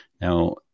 Now